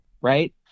Right